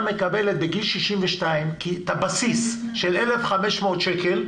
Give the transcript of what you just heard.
מקבלת בגיל 62 את הבסיס של 1,500 שקלים,